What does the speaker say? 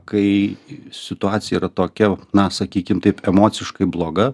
kai situacija yra tokia na sakykim taip emociškai bloga